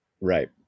Right